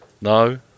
No